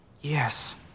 Yes